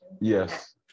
yes